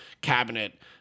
cabinet